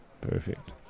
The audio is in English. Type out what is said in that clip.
Perfect